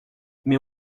mais